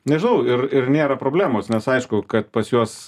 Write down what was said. nežinau ir ir nėra problemos nes aišku kad pas juos